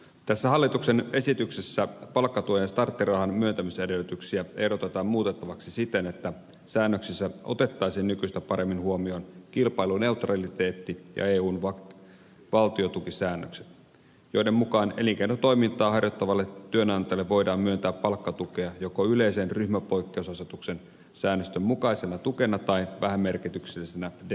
tässä hallituksen esityksessä palkkatuen starttirahan myöntämisedellytyksiä ehdotetaan muutettavaksi siten että säännöksissä otettaisiin nykyistä paremmin huomioon kilpailuneutraliteetti ja eun valtiotukisäännökset joiden mukaan elinkeinotoimintaa harjoittavalle työnantajalle voidaan myöntää palkkatukea joko yleisen ryhmäpoikkeusasetuksen säännösten mukaisena tukena tai vähämerkityksellisenä de minimis tukena